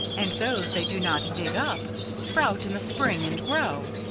and those they do not dig up sprout in the spring and grow.